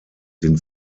den